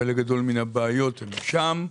חלק גדול מהבעיות הם שם,